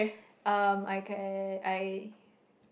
um I can I